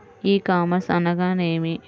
ఈ కామర్స్ అనగానేమి?